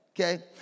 okay